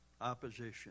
opposition